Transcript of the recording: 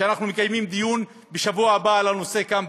אנחנו מקיימים דיון בשבוע הבא על הנושא כאן,